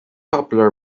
popular